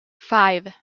five